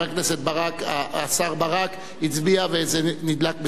השר ברק הצביע, וזה נדלק בסדר, כך שלא היתה טעות.